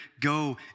Go